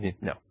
No